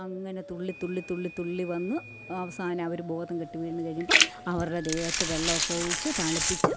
അങ്ങനെ തുള്ളി തുള്ളി തുള്ളി തുള്ളി വന്ന് അവസാനം അവര് ബോധംകെട്ട് വീണ് കഴിയുമ്പോൾ അവരുടെ ദേഹത്ത് വെള്ളമൊക്കെ ഒഴിച്ച് തണുപ്പിച്ച്